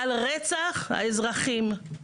על רצח האזרחים.